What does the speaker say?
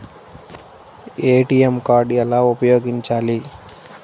ATM card ఎలా ఉపయోగించాలి?